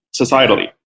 societally